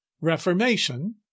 reformation